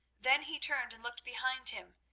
then he turned and looked behind him,